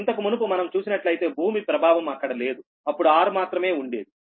ఇంతకు మునుపు మనం చూసినట్లయితే భూమి ప్రభావం అక్కడ లేదు అప్పుడు r మాత్రమే ఉండేది